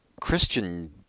Christian